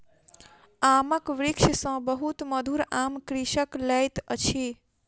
आमक वृक्ष सॅ बहुत मधुर आम कृषक लैत अछि